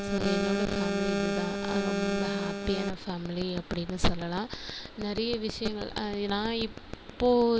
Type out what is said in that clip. சரி என்னோட ஃபேமிலி இதுதான் ரொம்ப ஹாப்பியான ஃபேமிலி அப்படின்னு சொல்லலாம் நிறைய விஷயங்கள் நான் இப்போ